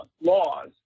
laws